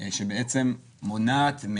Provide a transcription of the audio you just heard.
שבעצם מונעת,